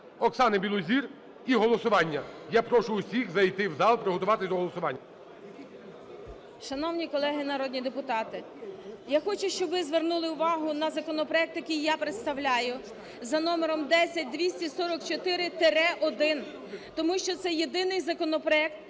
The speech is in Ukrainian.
Оксані Білозір – і голосування. Я прошу усіх зайти в зал, приготуватися до голосування. 11:51:44 БІЛОЗІР О.В. Шановні колеги народні депутати! Я хочу, щоб ви звернули увагу на законопроект, який я представляю, за номером 10244-1, тому що це єдиний законопроект,